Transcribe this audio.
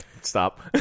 Stop